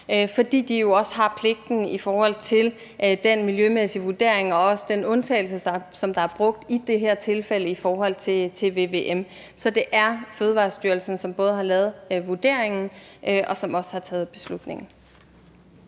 fordi de jo også har pligten i forhold til den miljømæssige vurdering og også den undtagelse, som der er brugt i det her tilfælde i forhold til vvm. Så det er Fødevarestyrelsen, som både har lavet vurderingen, og som også har taget beslutningen.